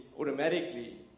Automatically